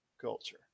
culture